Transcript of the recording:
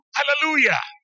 Hallelujah